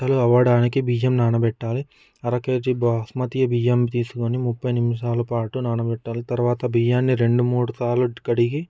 బియ్యం నానబెట్టాలి అర కేజీ బాస్మతి బియ్యం తీసుకొని ముప్పై నిమిషాలు పాటు నానబెట్టాలి తర్వాత బియ్యాన్ని రెండు మూడు సార్లు కడిగి